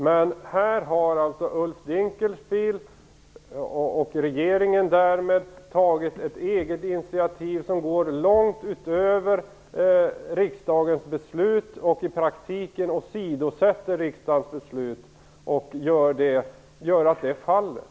Men här har alltså Ulf Dinkelspiel och därmed regeringen tagit ett eget initiativ som går långt utöver riksdagens beslut och som i praktiken åsidosätter riksdagens beslut, vilket gör att beslutet faller.